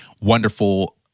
wonderful